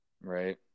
Right